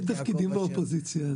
אין תפקידים באופוזיציה.